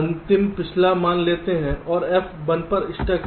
अंतिम पिछला मान लेते हैं और F 1 पर स्टक है